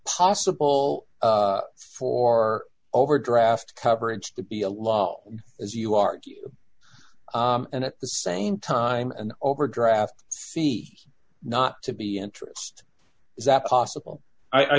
possible for our overdraft coverage to be a lot as you argue and at the same time and overdraft fees not to be interest is that possible i